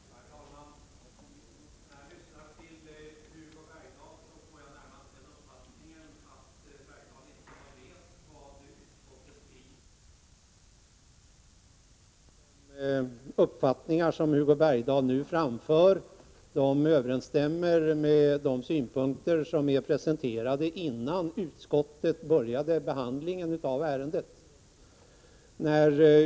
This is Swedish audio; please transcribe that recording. Herr talman! När jag lyssnar till Hugo Bergdahl får jag närmast den uppfattningen att Bergdahl inte har läst vad utskottet skriver. De uppfattningar som Hugo Bergdahl nu framför överensstämmer med de synpunkter som presenterades innan utskottet började behandlingen av ärendet.